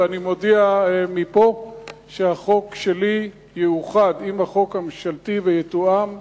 אני מודיע מפה שהחוק שלי יאוחד עם החוק הממשלתי ויתואם,